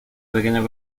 pequeños